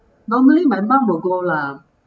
normally my mum will go lah